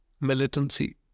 militancy